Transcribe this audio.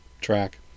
track